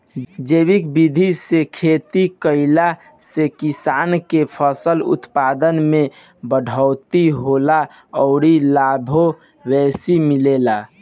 जैविक विधि से खेती कईला से किसान के फसल उत्पादन में बढ़ोतरी होला अउरी लाभो बेसी मिलेला